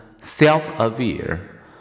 self-aware